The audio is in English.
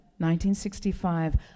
1965